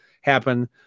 happen